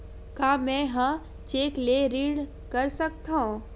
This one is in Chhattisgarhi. का मैं ह चेक ले ऋण कर सकथव?